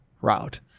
route